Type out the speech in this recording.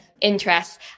interests